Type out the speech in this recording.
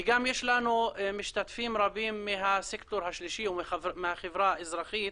גם יש לנו משתתפים רבים מהסקטור השלישי ומהחברה האזרחית.